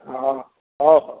ହଉ ହଉ ହଉ